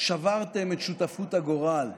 שברתם את שותפות הגורל.